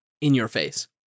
in-your-face